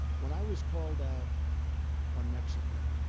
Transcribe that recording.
when i was called out on mexico,